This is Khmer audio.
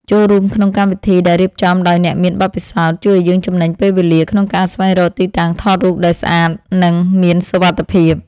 ចូលរួមក្នុងកម្មវិធីដែលរៀបចំដោយអ្នកមានបទពិសោធន៍ជួយឱ្យយើងចំណេញពេលវេលាក្នុងការស្វែងរកទីតាំងថតរូបដែលស្អាត និង មានសុវត្ថិភាព។